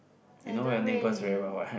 I don't really